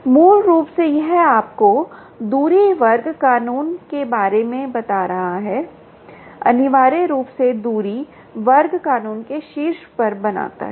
मूल रूप से यह आपको दूरी वर्ग कानून के बारे में बता रहा है अनिवार्य रूप से दूरी वर्ग कानून के शीर्ष पर बनाता है